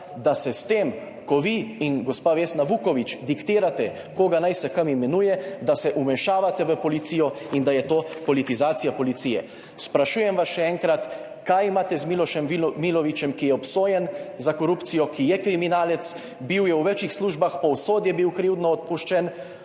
da se s tem, ko vi in gospa Vesna Vuković diktirate, koga naj se kam imenuje, da se vmešavate v policijo in da je to politizacija policije. Sprašujem vas še enkrat: Kaj imate z Milošem Milovićem, ki je obsojen za korupcijo, ki je kriminalec, bil je v več službah, povsod je bil krivdno odpuščen,